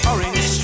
Orange